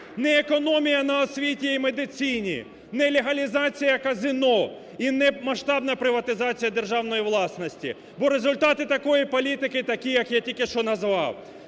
не економія на освіті і медицині, не легалізація казино і не масштабна приватизація державної власності. Бо результати такої політики такі, як я тільки що назвав.